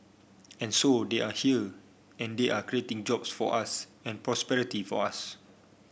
and so they are here and they are creating jobs for us and prosperity for us